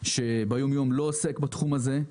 שלא עוסק בתחום הזה ביום-יום.